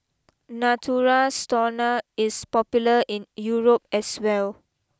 Natura Stoma is popular in Europe as well